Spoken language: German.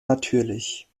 natürlich